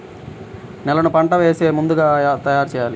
నేలను పంట వేసే ముందుగా ఎలా తయారుచేయాలి?